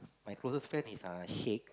my closest friend is uh Shake